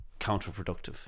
counterproductive